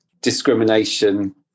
discrimination